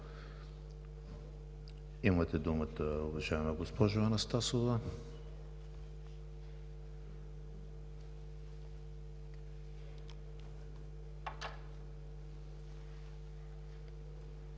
Имате думата, уважаема госпожо Анастасова.